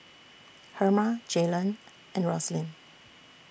Herma Jalon and Roslyn